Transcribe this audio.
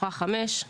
שלוחה 5,